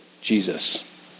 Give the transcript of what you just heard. Jesus